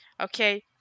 okay